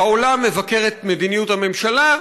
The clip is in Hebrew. העולם מבקר את מדיניות הממשלה,